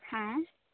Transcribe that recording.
হ্যাঁ